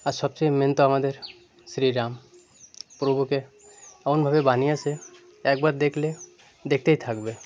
আর সবচেয়ে মেন তো আমাদের শ্রী রাম প্রভুকে এমনভাবে বানিয়ে আসে একবার দেখলে দেখতেই থাকবে